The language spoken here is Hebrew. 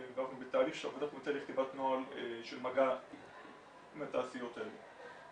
ואנחנו בתהליך של עבודת מטה לכתיבת נוהל של מגע עם התעשיות האלה.